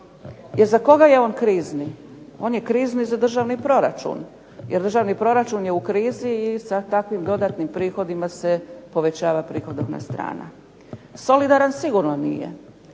jer za koga je on krizni. On je krizni za državni proračun, jer državni proračun je u krizi i sa takvim dodatnim prihodima se povećava prihodovna strana. Solidaran sigurno nije,